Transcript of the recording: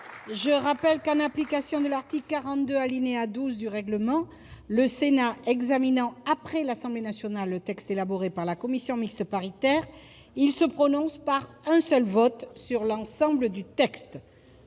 Je rappelle que, en application de l'article 42, alinéa 12 du règlement, le Sénat lorsqu'il examine après l'Assemblée nationale le texte élaboré par la commission mixte paritaire, se prononce par un seul vote sur l'ensemble du texte